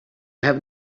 have